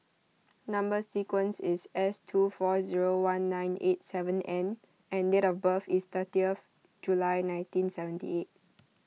Number Sequence is S two four zero one nine eight seven N and date of birth is thirtieth July nineteen seventy eight